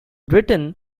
written